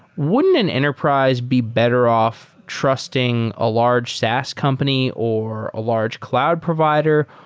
wouldn't an enterprise be better off trusting a large saas company or a large cloud provider?